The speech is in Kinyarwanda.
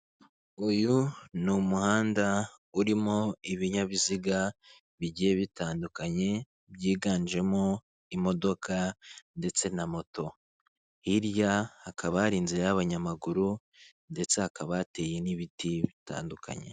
Uyu ni umuhanda urimo ibinyabiziga bigiye bitandukanye, byiganjemo imodoka ndetse na moto, hirya hakaba hari inzira y'abanyamaguru ndetse hakaba hateye n'ibiti bitandukanye.